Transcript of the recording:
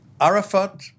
Arafat